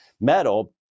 metal